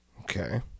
Okay